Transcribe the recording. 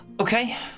Okay